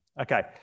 Okay